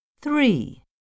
Three